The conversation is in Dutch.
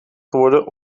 geworden